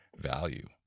value